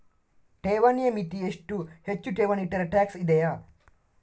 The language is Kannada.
ಠೇವಣಿಯ ಮಿತಿ ಎಷ್ಟು, ಹೆಚ್ಚು ಠೇವಣಿ ಇಟ್ಟರೆ ಟ್ಯಾಕ್ಸ್ ಇದೆಯಾ?